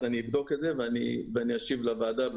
אני אבדוק את זה ואשיב לוועדה,